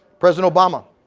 president obama.